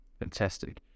Fantastic